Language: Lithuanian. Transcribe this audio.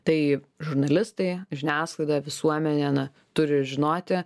tai žurnalistai žiniasklaida visuomenė na turi žinoti